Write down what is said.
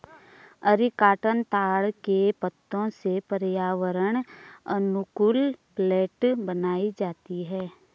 areca nut ताड़ के पत्तों से पर्यावरण अनुकूल प्लेट बनाई जाती है